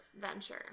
venture